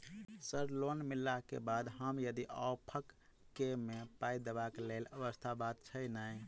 Sir loan मिलला केँ बाद हम यदि ऑफक केँ मे पाई देबाक लैल व्यवस्था बात छैय नै?